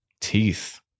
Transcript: teeth